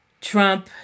Trump